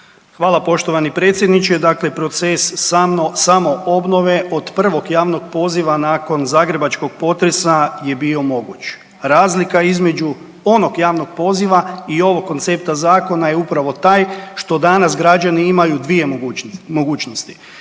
Hvala poštovani predsjedniče. Dakle, proces samoobnove od prvog javnog poziva nakon zagrebačkog potresa je bio moguć. Razlika između onog javnog poziva i ovog koncepta zakona je upravo taj što danas građani imaju 2 mogućnosti.